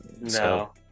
No